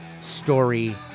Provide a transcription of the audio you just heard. story